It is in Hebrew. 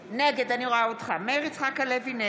נגד אלי כהן, בעד מאיר כהן,